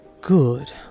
Good